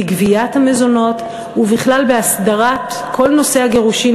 בגביית המזונות ובכלל בהסדרת כל נושא הגירושין,